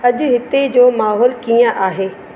अॼु हिते जो माहौलु कीअं आहे